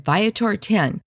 Viator10